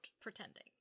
pretending